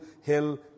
Hill